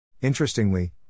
Interestingly